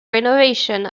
renovation